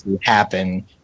happen